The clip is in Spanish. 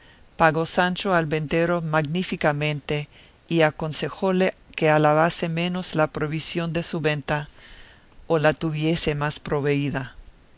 pagó sancho al ventero magníficamente y aconsejóle que alabase menos la provisión de su venta o la tuviese más proveída